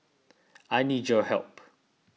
I need your help